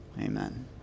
Amen